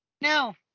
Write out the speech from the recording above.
No